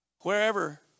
Wherever